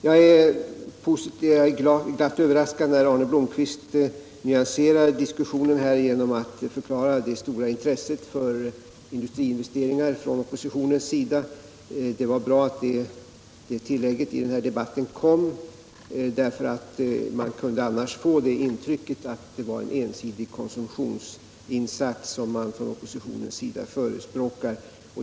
Jag blev glatt överraskad när Arne Blomkvist nyanserade diskussionen genom att förklara att oppositionen har ett stort intresse för industriinvesteringar. Det var bra att det tillägget kom i debatten, då man annars kunde få intrycket att oppositionen förespråkar en ensidig konsumtionsinsats.